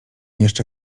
jeszcze